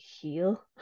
heal